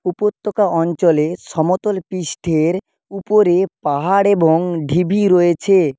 উপত্যকা অঞ্চলে সমতল পৃষ্ঠের উপরে পাহাড় এবং ঢিবি রয়েছে